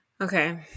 Okay